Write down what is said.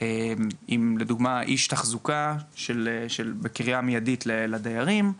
עם לדוגמא איש תחזוקה שזמין בקריאה מיידית לדיירים,